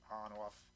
on-off